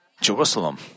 Jerusalem